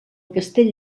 castell